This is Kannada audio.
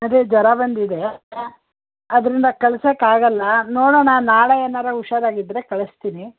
ಅದೇ ಜ್ವರ ಬಂದಿದೆ ಅದರಿಂದ ಕಳ್ಸೋಕ್ಕಾಗಲ್ಲ ನೋಡೋಣ ನಾಳೆ ಏನಾರೂ ಹುಷಾರಾಗಿದ್ರೆ ಕಳಿಸ್ತೀನಿ